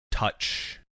touch